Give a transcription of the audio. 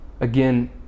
again